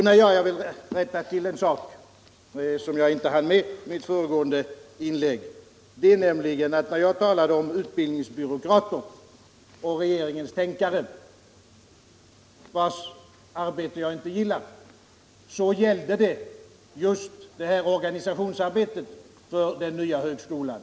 När jag i mitt föregående inlägg talade om utbildningsbyråkrater och regeringens tänkande, något som jag inte gillar, gällde det just organisationsarbetet inför den nya högskolan.